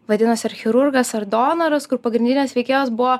vadinosi ar chirurgas ar donoras kur pagrindinės veikėjos buvo